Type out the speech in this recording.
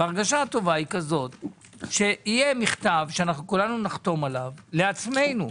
כזאת שיהיה מכתב שכולנו נחתום עליו לעצמנו.